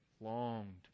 longed